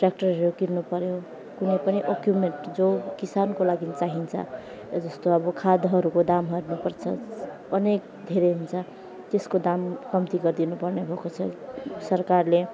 ट्र्याक्टरहरू किन्नुपर्यो कुन पनि इक्युप्मेन्ट जो किसानको लागि चाहिन्छ ए जस्तो अब खादहरूको दाम हेर्नुपर्छ अनेक धेरै हुन्छ त्यसको दाम कम्ती गरिदिनुपर्ने भएको छ सरकारले